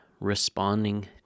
responding